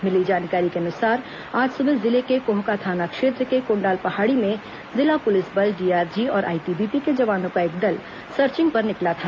मिली जानकारी के अनुसार आज सुबह जिले के कोहका थाना क्षेत्र के कोंडाल पहाड़ी में जिला पुलिस बल डीआरजी और आईटीबीपी के जवानों का एक दल सर्चिंग पर निकला था